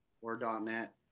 or.net